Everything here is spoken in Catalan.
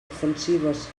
ofensives